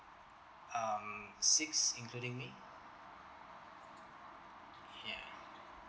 um six including me ya